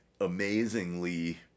amazingly